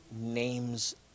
names